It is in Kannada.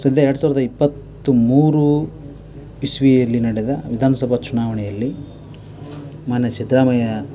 ದ್ಯ ಎರಡು ಸಾವಿರದ ಇಪ್ಪತ್ತು ಮೂರು ಇಸ್ವಿಯಲ್ಲಿ ನಡೆದ ವಿಧಾನಸಭಾ ಚುನಾವಣೆಯಲ್ಲಿ ಮಾನ್ಯ ಸಿದ್ಧರಾಮಯ್ಯ